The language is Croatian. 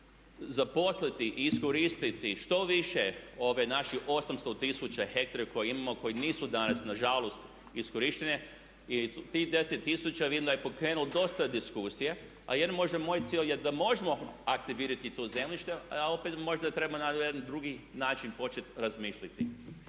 zaposliti i iskoristiti što više naših 800 tisuća hektara koje imamo i koji nisu danas nažalost iskorišteni. Tih 10 000 vidim da je pokrenulo dosta diskusije, a jedan možda moj cilj je da možemo aktivirati to zemljište. A opet možda treba na jedan drugačiji način početi razmišljati.